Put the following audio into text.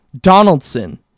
Donaldson